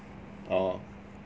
oh